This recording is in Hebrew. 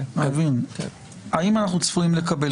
האם אנחנו צפויים לקבל?